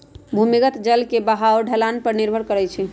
भूमिगत जल के बहाव ढलान पर निर्भर करई छई